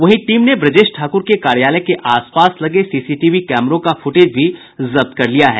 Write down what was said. वहीं टीम ने ब्रजेश ठाकुर के कार्यालय के आस पास लगे सीसीटीवी कैमरों का फुटेज भी जब्त कर लिया है